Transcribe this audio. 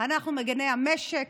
אנחנו מגיני המשק,